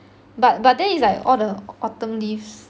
but but then it's like all the autumn leaves